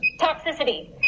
toxicity